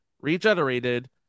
regenerated